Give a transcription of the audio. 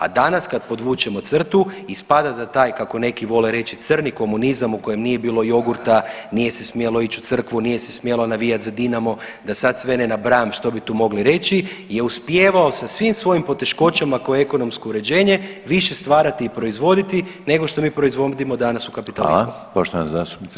A danas kad podvučemo crtu ispada da taj kako neki vole reći crni komunizam u kojem nije bilo jogurta, nije se smjelo ići u crkvu, nije se smjelo navijati za Dinamo, da sad sve ne nabrajam što bi tu mogli reći je uspijevao sa svim svojim poteškoćama koje ekonomsko uređenje više stvarati i proizvoditi nego što mi proizvodimo danas u kapitalizmu.